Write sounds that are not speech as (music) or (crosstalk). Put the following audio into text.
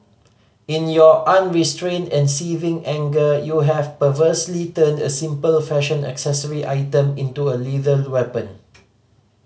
in your unrestrained and saving anger you have perversely turned a simple fashion accessory item into a (unintelligible) to weapon